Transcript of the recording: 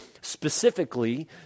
specifically